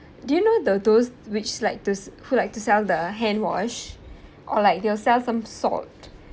do you know the those which like to s~ who like to sell the hand wash or like they'll sell some salt